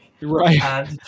right